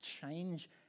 change